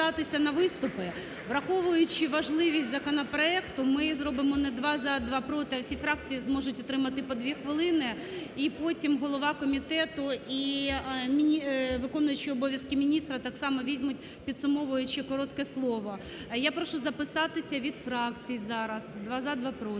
Я прошу записатися від фракцій зараз: два – за, два – проти.